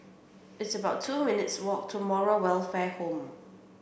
it's about two minutes walk to Moral Welfare Home